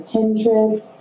Pinterest